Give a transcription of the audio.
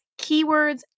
keywords